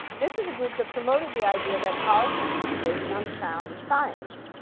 this is a group that promoted the idea that policy should be based on sound science.